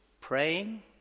praying